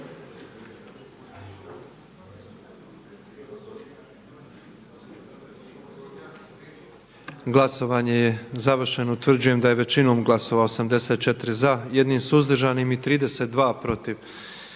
Glasovanje je završeno. Utvrđujem da smo većinom glasova 90 za, 12 suzdržanih i bez glasova